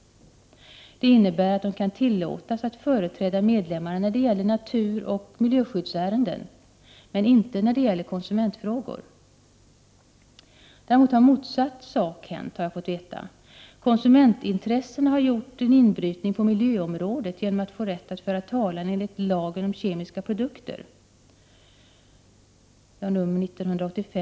Det innebär att de kan tillåtas att företräda medlemmarna när det gäller naturoch miljöskyddsärenden, men inte när det gäller konsumentfrågor. Däremot har motsatt sak hänt, har jag fått veta. Konsumentintressena har gjort en inbrytning på miljöområdet genom att få rätt att föra talan enligt lagen om kemiska produkter.